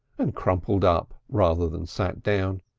and crumpled up rather than sat down.